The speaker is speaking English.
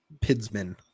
Pidsman